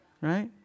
right